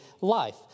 life